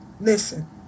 Listen